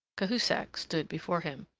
cahusac stood before him.